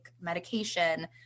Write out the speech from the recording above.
medication